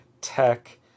tech